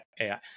AI